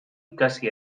ikasi